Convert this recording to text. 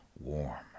warm